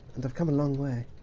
and i've come a long way.